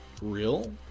real